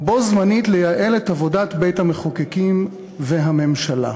ובו-זמנית לייעל את עבודת בית-המחוקקים והממשלה,